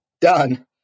Done